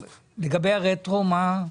לגבי הרטרואקטיביות מה?